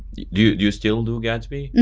you you still do gatsby?